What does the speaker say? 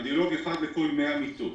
זה רדיולוג אחד לכל 100 מיטות.